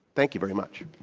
thank you very much.